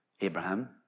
Abraham